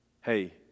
Hey